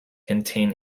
contain